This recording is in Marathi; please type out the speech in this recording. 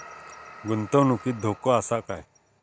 गुंतवणुकीत धोको आसा काय?